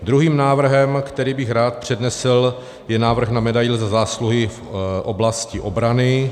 Druhým návrhem, který bych rád přednesl, je návrh na medaili Za zásluhy v oblasti obrany.